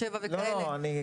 7 וכן הלאה.